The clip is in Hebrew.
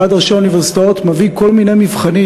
ועד ראשי האוניברסיטאות מביא כל מיני מבחנים,